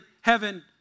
heaven